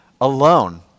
alone